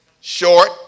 Short